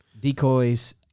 decoys